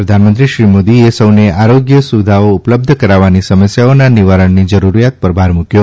શ્રી મોદીએ સૌને આરોગ્ય સુવિધાઓ ઉપલબ્ધ કરાવવાની સમસ્યાઓના નિવારણની જરૂરિયાત પર ભાર મૂક્યો